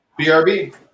BRB